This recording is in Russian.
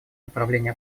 направление